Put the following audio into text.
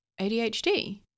ADHD